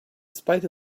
spite